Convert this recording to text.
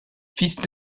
fils